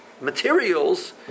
materials